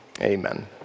Amen